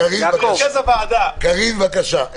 קארין, בבקשה.